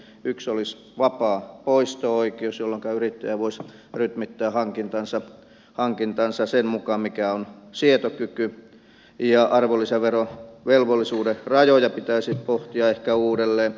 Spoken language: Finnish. yksi olisi vapaa poisto oikeus jolloinka yrittäjä voisi rytmittää hankintansa sen mukaan mikä on sietokyky ja arvonlisäverovelvollisuuden rajoja pitäisi pohtia ehkä uudelleen